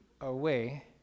away